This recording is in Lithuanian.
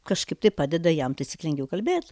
kažkaip tai padeda jam taisyklingiau kalbėt